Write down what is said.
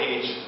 Age